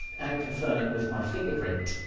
and confirm it with my fingerprint,